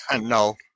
No